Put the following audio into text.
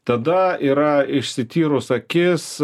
tada yra išsityrus akis